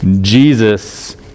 Jesus